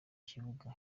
kibuga